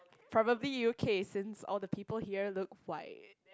probably U_K since all the people here look white